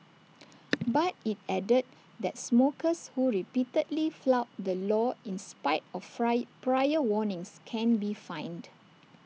but IT added that smokers who repeatedly flout the law in spite of fry prior warnings can be fined